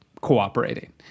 cooperating